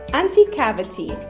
anti-cavity